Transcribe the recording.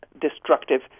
destructive